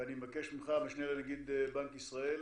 ואני מבקש ממך, המשנה לנגיד בנק ישראל,